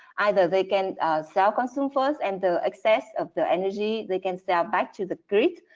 either they can self-consume first and the excess of the energy they can sell back to the grid,